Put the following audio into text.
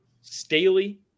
Staley